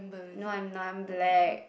no I'm not I'm black